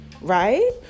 right